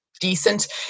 decent